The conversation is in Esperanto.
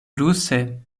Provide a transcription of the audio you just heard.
ruse